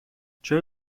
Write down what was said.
چرا